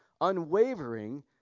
unwavering